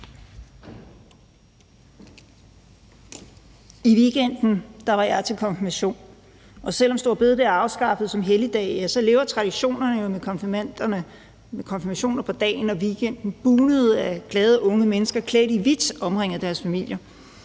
I weekenden var jeg til konfirmation, og selv om store bededag er afskaffet som helligdag, lever traditionerne med konfirmationer på dagen jo, og weekenden bugnede af glade unge mennesker klædt i hvidt og omringet af deres familier.